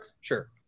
Sure